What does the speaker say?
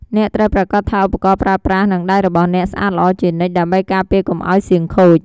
អ្នកត្រូវប្រាកដថាឧបករណ៍ប្រើប្រាស់ និងដៃរបស់អ្នកស្អាតល្អជានិច្ច ដើម្បីការពារកុំឱ្យសៀងខូច។